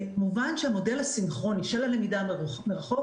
מובן שהמודל הסינכרוני של הלמידה מרחוק